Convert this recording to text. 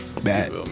bad